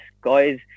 guys